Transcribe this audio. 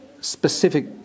specific